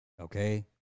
okay